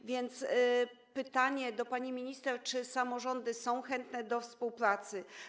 A więc pytanie do pani minister: Czy samorządy są chętne do współpracy?